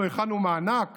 אנחנו הכנו מענק